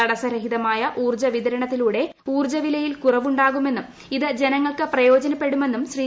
തടസ്സരഹിതമായ ഊർജ്ജ വിതരണത്തിലൂടെ ഊർജ്ജ വിലയിൽ കുറവുണ്ടാകുമെന്നും ഇത് ജനങ്ങൾക്ക് പ്രയോജനപ്പെടുമെന്നും ശ്രീ